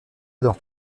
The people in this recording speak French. adam